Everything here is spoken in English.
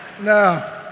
No